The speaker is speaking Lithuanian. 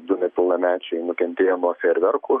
du nepilnamečiai nukentėjo nuo fejerverkų